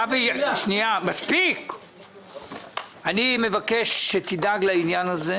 אבי מימרן, אני מבקש שתדאג לעניין הזה,